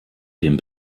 dem